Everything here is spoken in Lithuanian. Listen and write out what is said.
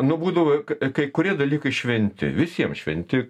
nu būdavo jog kai kurie dalykai šventi visiems šventi